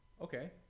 okay